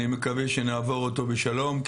אני מקווה שנעבור אותו בשלום,